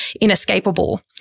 inescapable